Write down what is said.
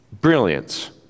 brilliance